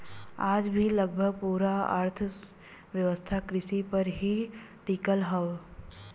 आज भी लगभग पूरा अर्थव्यवस्था कृषि पर ही टिकल हव